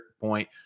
point